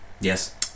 yes